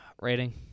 Rating